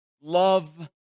love